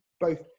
both,